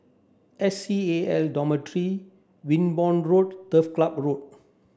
S C A L Dormitory Wimborne Road Turf Club Road